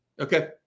Okay